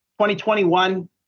2021